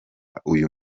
uyu